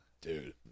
dude